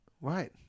Right